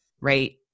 Right